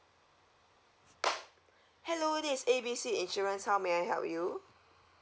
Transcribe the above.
hello this A B C insurance how may I help you